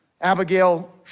Abigail